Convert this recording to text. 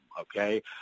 Okay